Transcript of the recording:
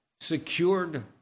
secured